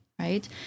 Right